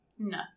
No